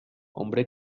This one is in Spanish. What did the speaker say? hombre